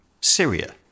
Syria